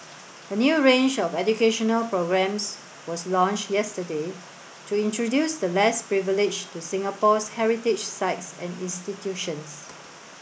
a new range of educational programmes was launched yesterday to introduce the less privileged to Singapore's heritage sites and institutions